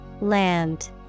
Land